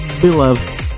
beloved